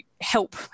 help